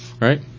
Right